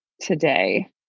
today